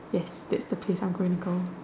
yes that's the place I'm going to go